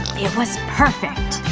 it was perfect.